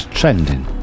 trending